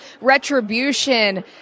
retribution